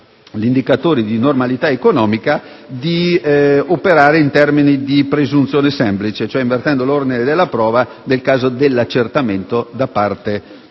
indicatori di normalità economica di operare in termini di presunzione semplice, cioè invertendo l'ordine della prova nel caso dell'accertamento da parte dell'anagrafe